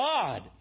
God